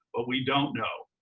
but we don't know.